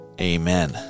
Amen